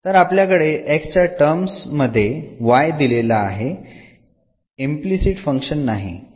तर आपल्याकडे x च्या टर्म्स मध्ये y दिलेला आहे इम्प्लिसिट फंक्शन नाही